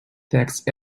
text